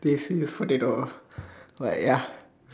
they see is potato but ya